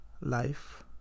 life